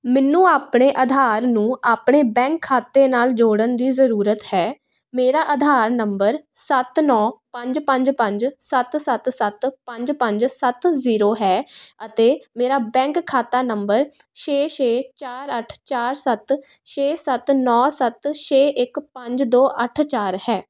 ਮੈਨੂੰ ਆਪਣੇ ਆਧਾਰ ਨੂੰ ਆਪਣੇ ਬੈਂਕ ਖਾਤੇ ਨਾਲ ਜੋੜਨ ਦੀ ਜ਼ਰੂਰਤ ਹੈ ਮੇਰਾ ਆਧਾਰ ਨੰਬਰ ਸੱਤ ਨੌਂ ਪੰਜ ਪੰਜ ਪੰਜ ਸੱਤ ਸੱਤ ਸੱਤ ਪੰਜ ਪੰਜ ਸੱਤ ਜ਼ੀਰੋ ਹੈ ਅਤੇ ਮੇਰਾ ਬੈਂਕ ਖਾਤਾ ਨੰਬਰ ਛੇ ਛੇ ਚਾਰ ਅੱਠ ਚਾਰ ਸੱਤ ਛੇ ਸੱਤ ਨੌਂ ਸੱਤ ਛੇ ਇੱਕ ਪੰਜ ਦੋ ਅੱਠ ਚਾਰ ਹੈ